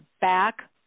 back